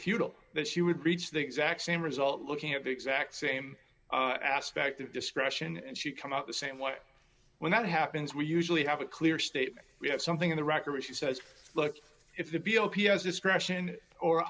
futile that she would reach the exact same result looking at the exact same aspect of discretion and she come out the same what when that happens we usually have a clear statement we have something in the record she says look if the below p has discretion or